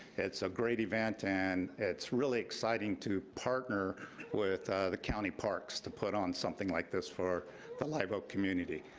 it's a great event and it's really exciting to partner with the county parks to put on something like this for the live oak community,